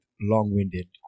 long-winded